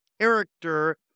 character